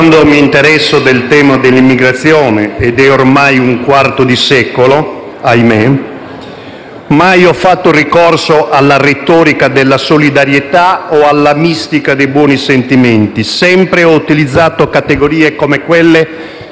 quando mi interesso del tema dell'immigrazione - ormai un quarto di secolo, ahimè - mai ho fatto ricorso alla retorica della solidarietà o alla mistica dei buoni sentimenti. Ho sempre utilizzato categorie di economia